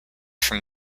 from